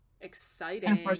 exciting